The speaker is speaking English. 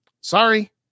Sorry